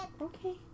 Okay